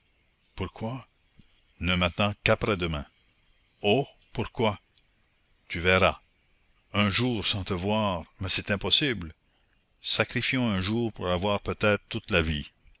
pourquoi ne m'attends qu'après-demain oh pourquoi tu verras un jour sans te voir mais c'est impossible sacrifions un jour pour avoir peut-être toute la vie